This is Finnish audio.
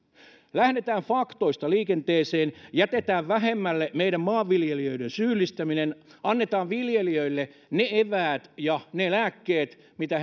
lähdetään faktoista liikenteeseen jätetään vähemmälle meidän maanviljelijöidemme syyllistäminen annetaan viljelijöille ne eväät ja ne lääkkeet mitä